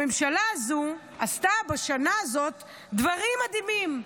הממשלה הזו עשתה בשנה הזאת דברים מדהימים.